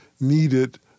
needed